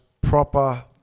proper